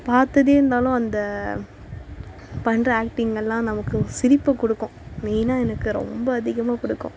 பார்த்துட்டே இருந்தாலும் அந்த பண்ணுற ஆக்டிங் எல்லாம் நமக்கு சிரிப்பை கொடுக்கும் மெயினா எனக்கு ரொம்ப அதிகமாக கொடுக்கும்